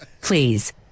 Please